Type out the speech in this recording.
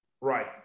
Right